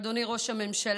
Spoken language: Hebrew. אדוני ראש הממשלה,